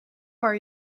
are